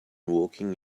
walking